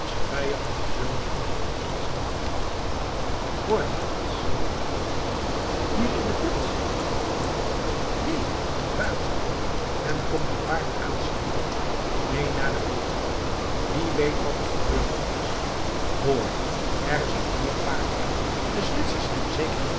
onze vijanden zullen ons althans niet verachten hoort ge niets hier in den put neen buiten men komt te paard aansnellen mee naar de poort wie weet wat er gebeurd is hoor er zijn meer paarden de zwitsers zijn zeker in